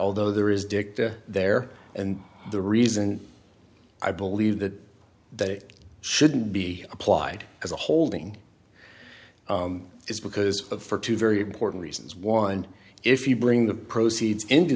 although there is dicta there and the reason i believe that that shouldn't be applied as a holding is because for two very important reasons one if you bring the proceeds into